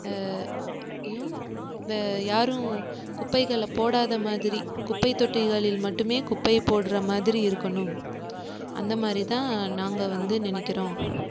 யும் யாரும் குப்பைகளை போடாத மாதிரி குப்பைத் தொட்டிகளில் மட்டுமே குப்பைப் போடுற மாதிரி இருக்கணும் அந்த மாதிரி தான் நாங்கள் வந்து நினைக்கிறோம்